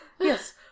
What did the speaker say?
Yes